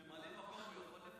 ממלא מקום הוא יכול לפטר?